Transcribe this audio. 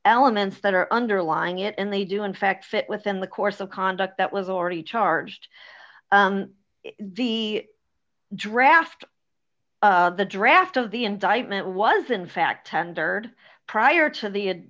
elements that are underlying it and they do in fact fit within the course of conduct that was already charged the draft the draft of the indictment was in fact tendered prior to the